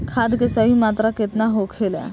खाद्य के सही मात्रा केतना होखेला?